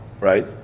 Right